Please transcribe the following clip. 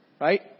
Right